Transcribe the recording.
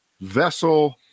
vessel